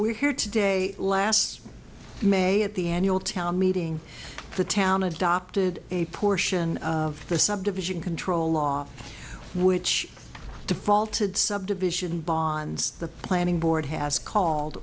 we're here today last may at the annual town meeting the town adopted a portion of the subdivision control law which the faulted subdivision bonds the planning board has called